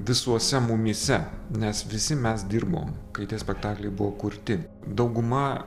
visuose mumyse nes visi mes dirbom kai tie spektakliai buvo kurti dauguma